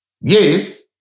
Yes